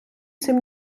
цим